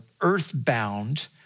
earthbound